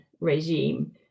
regime